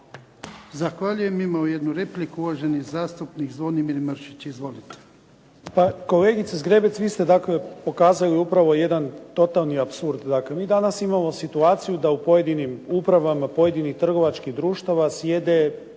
Zahvaljujem. Imamo jednu repliku, uvaženi zastupnik Zvonimir Mršić. Izvolite.